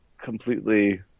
completely